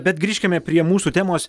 bet grįžkime prie mūsų temos